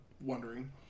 wondering